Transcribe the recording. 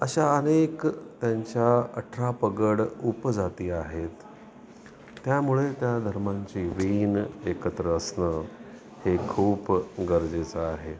अशा अनेक त्यांच्या अठरापगड उपजाती आहेत त्यामुळे त्या धर्मांची वीण एकत्र असणं हे खूप गरजेचं आहे